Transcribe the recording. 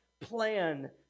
plan